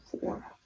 four